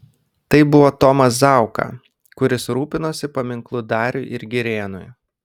tai buvo tomas zauka kuris rūpinosi paminklu dariui ir girėnui